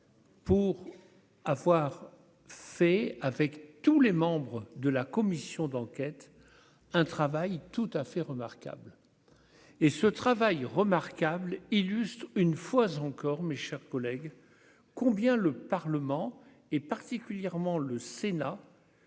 Pour avoir fait avec tous les membres de la commission d'enquête, un travail tout à fait remarquables et ce travail remarquable illustrent une fois encore, mes chers collègues, combien le Parlement et particulièrement le Sénat